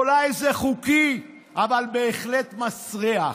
אולי זה חוקי, אבל בהחלט מסריח.